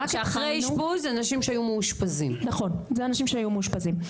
רק אחרי אשפוז, אנשים שהיו מאושפזים.